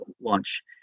launch